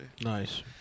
nice